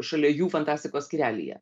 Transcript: šalia jų fantastikos skyrelyje